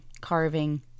carving